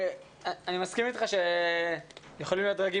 אני מסכים איתך שיכולים להיות דרגים